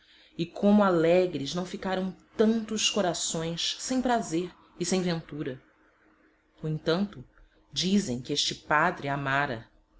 e como alegres não ficaram tantos corações sem prazer e sem ventura no entanto dizem que este padre amara